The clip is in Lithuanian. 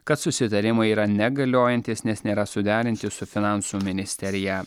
kad susitarimai yra negaliojantys nes nėra suderinti su finansų ministerija